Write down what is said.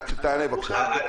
תענה, בבקשה.